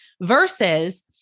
versus